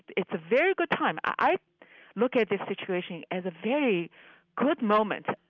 it's a very good time. i look at this situation as a very good moment,